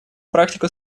практику